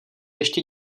ještě